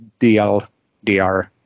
DLDR